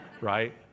Right